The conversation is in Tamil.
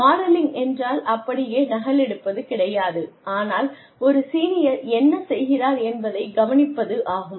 மாடலிங் என்றால் அப்படியே நகலெடுப்பது கிடையாது ஆனால் ஒரு சீனியர் என்ன செய்கிறார் என்பதை கவனிப்பது ஆகும்